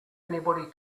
anybody